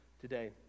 today